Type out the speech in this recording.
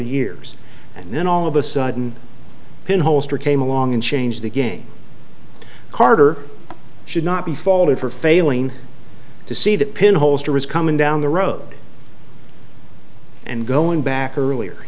years and then all of a sudden pin holster came along and changed the game to carter should not be faulted for failing to see the pinholes to risk coming down the road and going back earlier